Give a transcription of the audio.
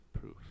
proof